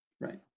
right